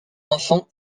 enfants